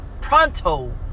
Pronto